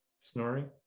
snoring